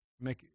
Make